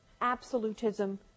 absolutism